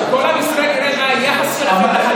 כל עם ישראל יראה מה היחס שלכם.